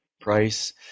price